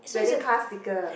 wedding car sticker